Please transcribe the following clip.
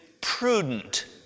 prudent